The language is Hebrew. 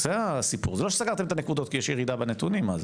לא סגרתם את הנקודות כי יש ירידה בנתונים.